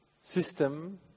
system